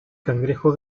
cangrejo